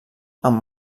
amb